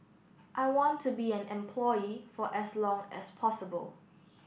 I want to be an employee for as long as possible